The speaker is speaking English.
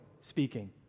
speaking